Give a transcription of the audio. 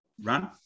run